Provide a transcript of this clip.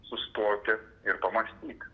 sustoti ir pamąstyti